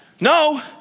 No